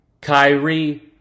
Kyrie